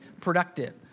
productive